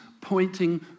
pointing